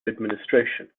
administration